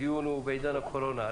הדיון הוא בעידן הקורונה.